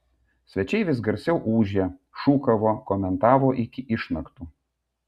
svečiai vis garsiau ūžė šūkavo komentavo iki išnaktų